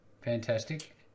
Fantastic